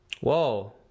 Whoa